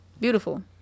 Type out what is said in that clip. Beautiful